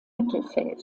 mittelfeld